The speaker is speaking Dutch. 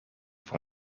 voor